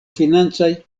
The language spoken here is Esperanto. financaj